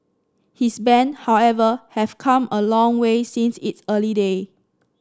his band however have come a long way since its early day